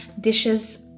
dishes